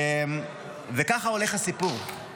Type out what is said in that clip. וכך הולך הסיפור: